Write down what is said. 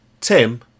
Tim